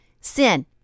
Sin